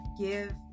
give